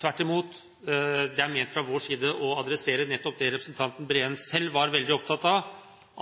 Tvert imot, det er fra vår side ment å adressere nettopp det representanten Breen selv var veldig opptatt av,